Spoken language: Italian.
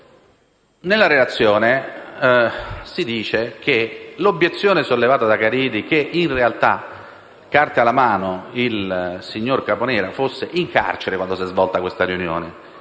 inoltrata. Ora, l'obiezione sollevata da Caridi è che in realtà, carte alla mano, il signor Caponera fosse in carcere quando si è svolta quella riunione.